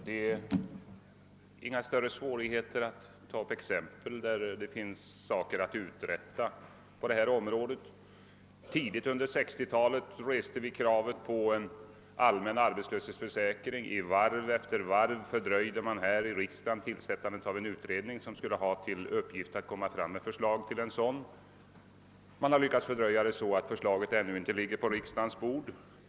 Herr talman! Det är inte särskilt svårt att anföra exempel på områden där mycket behöver uträttas. Tidigt på 1960-talet reste vi kravet på en allmän arbetslöshetsförsäkring. I varv efter varv fördröjdes i riksdagen tillsättandet av en utredning som skulle ha till uppgift att lägga fram förslag till en sådan — man har lyckats förhala frågan så att förslaget ännu inte ligger på riksdagens bord.